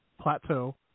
plateau